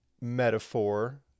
metaphor